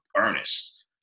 earnest